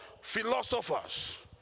philosophers